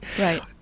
Right